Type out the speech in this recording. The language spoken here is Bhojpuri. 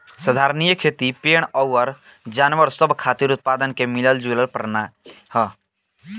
संधारनीय खेती पेड़ अउर जानवर सब खातिर उत्पादन के मिलल जुलल प्रणाली ह